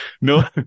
no